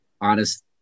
honest